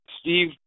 Steve